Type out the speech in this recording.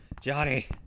Johnny